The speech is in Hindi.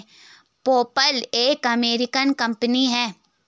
पेपल एक अमेरिकन कंपनी है